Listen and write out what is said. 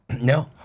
No